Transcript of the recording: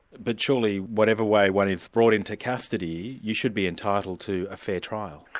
but surely whatever way one is brought into custody, you should be entitled to a fair trial.